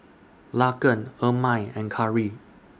Laken Ermine and Cari